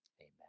amen